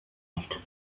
nicht